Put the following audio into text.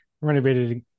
renovated